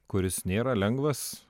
kuris nėra lengvas